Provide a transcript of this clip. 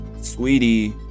Sweetie